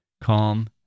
calm